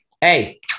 hey